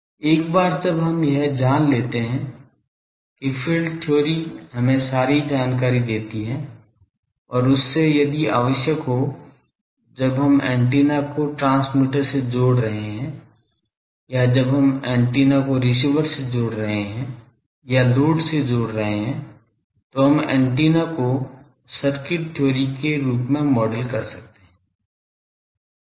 एक बार जब हम यह जान लेते हैं कि फील्ड थ्योरी हमें सारी जानकारी देती है और उससे यदि आवश्यक हो जब हम एंटीना को ट्रांसमीटर से जोड़ रहे है या जब हम एंटीना को रिसीवर से जोड़ रहे है या लोड से जोड़ रहे है तो हम एंटीना को सर्किट थ्योरी के रूप में मॉडल कर सकते हैं